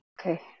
Okay